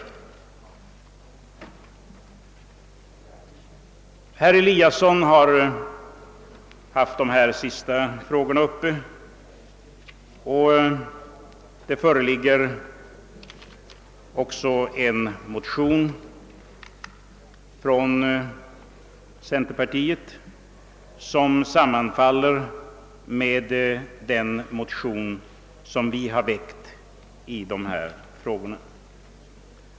Herr Eliasson i Sundborn har berört dessa senaste frågor. Det föreligger en motion från centerpartiet som i flera stycken sammanfaller med vår motion.